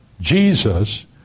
Jesus